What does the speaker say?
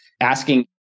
asking